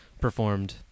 performed